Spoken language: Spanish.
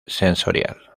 sensorial